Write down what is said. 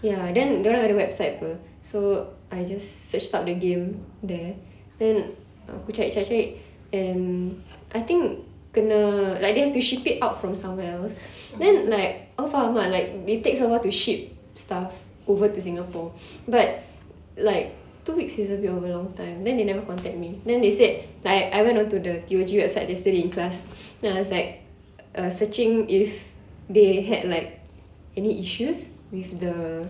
ya then dia orang ada website [pe] so I just searched up the game there then aku cari cari cari and I think kena like they have to ship it out from somewhere else then like aku faham ah like it takes awhile to ship stuff over to singapore but like two weeks is a bit of a long time then they never contact me then they said like I went onto the T_O_G website yesterday in class then I was like uh searching if they had like any issues with the